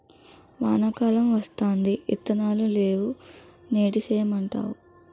వానా కాలం వత్తాంది ఇత్తనాలు నేవు ఏటి సేయమంటావు